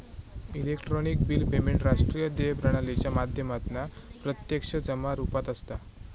electronic bill payment राष्ट्रीय देय प्रणालीच्या माध्यमातना प्रत्यक्ष जमा रुपात असता